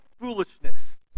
foolishness